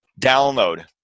download